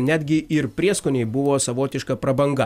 netgi ir prieskoniai buvo savotiška prabanga